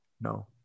No